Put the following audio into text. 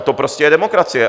To je prostě demokracie.